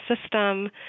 system